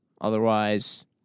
Otherwise